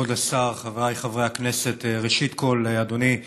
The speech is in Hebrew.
כבוד השר, חבריי חברי הכנסת, ראשית, אדוני,